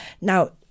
Now